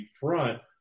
front